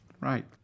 Right